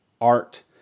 art